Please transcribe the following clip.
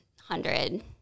hundred